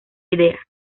idea